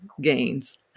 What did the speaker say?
gains